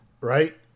right